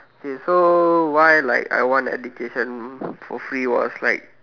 okay so why like I want education for free was like